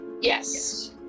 Yes